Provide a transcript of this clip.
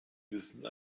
wissen